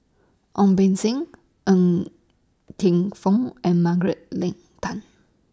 Ong Beng Seng Ng Teng Fong and Margaret Leng Tan